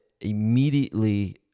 immediately